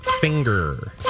Finger